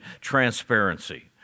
transparency